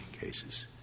cases